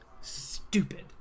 stupid